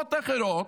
אומות אחרות: